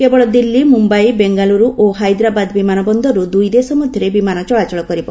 କେବଳ ଦିଲ୍ଲୀ ମୁମ୍ବାଇ ବେଙ୍ଗାଲୁରୁ ଓ ହାଇଦ୍ରାବାଦ୍ ବିମାନ ବନ୍ଦରରୁ ଦୁଇଦେଶ ମଧ୍ୟରେ ବିମାନ ଚଳାଚଳ କରିବ